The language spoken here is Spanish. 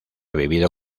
vivido